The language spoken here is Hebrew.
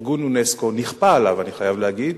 ארגון אונסק"ו, נכפה עליו, אני חייב להגיד,